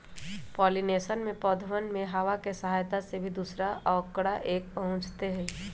pollination में पौधवन में हवा के सहायता से भी दूसरा औकरा तक पहुंचते हई